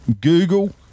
Google